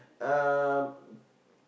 um